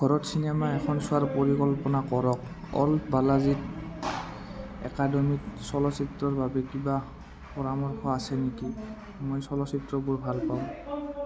ঘৰত চিনেমা এখন চোৱাৰ পৰিকল্পনা কৰক অ'ল বালাজীত একাডেমিক চলচ্চিত্ৰৰ বাবে কিবা পৰামৰ্শ আছে নেকি মই চলচ্চিত্ৰবোৰ ভাল পাওঁ